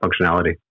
functionality